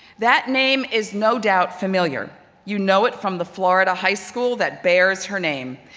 that name is no doubt familiar. you know it from the florida high school that bears her name.